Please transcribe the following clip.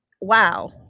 Wow